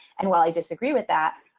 and while i disagree with that,